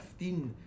15